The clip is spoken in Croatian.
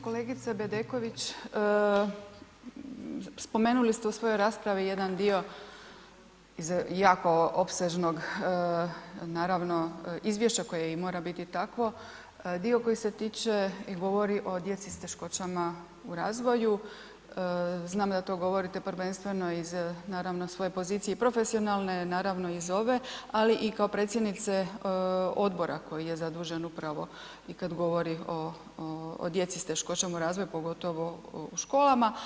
Kolegice Bedeković, spomenuli ste u svojoj raspravi jedan dio iz jako opsežnog, naravno, izvješća koje i mora biti takvo, dio koji se tiče i govori o djeci s teškoćama u razvoju, znam da to govorite prvenstveno iz naravno svoje pozicije i profesionalne, naravno i iz ove, ali kao predsjednice odbora koji je zadužen upravo i kad govori o djeci s teškoćama u razvoju, pogotovo u školama.